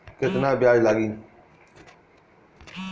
केतना ब्याज लागी?